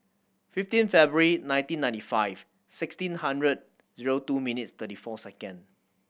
fifteen February nineteen ninety five sixteen hundred zero two minutes thirty four second